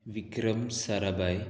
Vikram Sarabhai